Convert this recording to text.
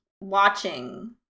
watching